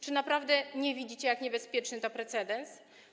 Czy naprawdę nie widzicie, jak niebezpieczny jest to precedens?